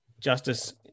justice